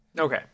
okay